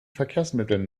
verkehrsmitteln